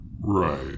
Right